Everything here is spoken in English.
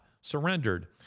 surrendered